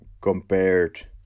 compared